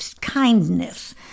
kindness